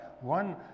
one